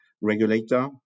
regulator